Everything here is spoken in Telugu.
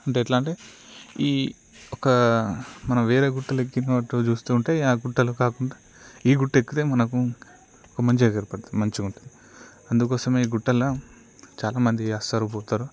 అంటే ఎట్లా అంటే ఈ ఒక మనం వేరే గుట్టలు ఎక్కినట్టు చూస్తూ ఉంటే ఆ గుట్టలు కాకుండా ఈ గుట్ట ఎక్కితే మనకు ఒక మంచిగా కనపడుతుంది మంచిగా ఉంటుంది అందుకోసమే గుట్టల చాలామంది వస్తారు పోతారు